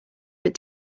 but